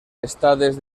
estades